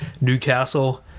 Newcastle